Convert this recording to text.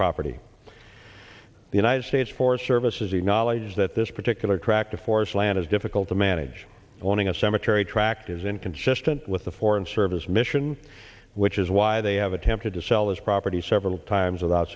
property the united states forest service is the knowledge that this particular track to forest land is difficult to manage owning a cemetery tract is inconsistent with the foreign service mission which is why they have attempted to sell this property several times